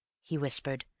he whispered.